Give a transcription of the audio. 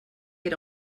era